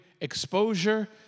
exposure